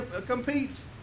competes